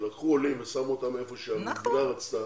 כשלקחו עולים ושמו אותם איפה שהמדינה רצתה,